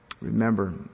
Remember